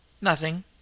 Nothing